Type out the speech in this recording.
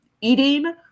eating